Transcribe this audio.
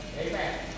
Amen